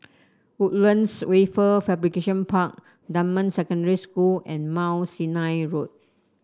Woodlands Wafer Fabrication Park Dunman Secondary School and Mount Sinai Road